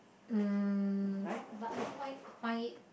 um but I find find it